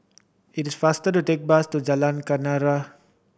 it is faster to take the bus to Jalan Kenarah